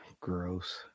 Gross